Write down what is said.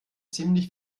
ziemlich